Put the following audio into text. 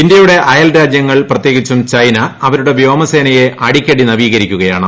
ഇന്ത്യയുടെ ആയൽ രാജ്യങ്ങൾ പ്രത്യേകിച്ചും ചൈന അവരുടെ വ്യോമസേനയെ അടിക്കടി നവീകരിക്കുകയാണ്